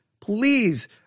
please